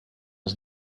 ons